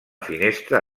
finestra